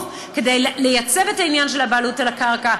כדי לייצב את העניין של הבעלות על הקרקע,